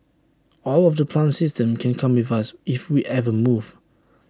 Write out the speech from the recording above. all of the plant systems can come with us if we ever move